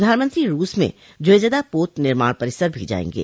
प्रधानमंत्री रूस में ज्वेजदा पोत निर्माण परिसर भी जाएंगे